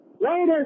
Later